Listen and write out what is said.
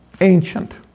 ancient